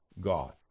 God